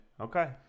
okay